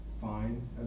fine